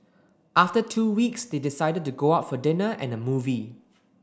after two weeks they decided to go out for dinner and a movie